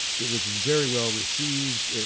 it was very well received.